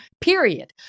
period